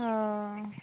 हँ